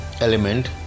element